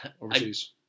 overseas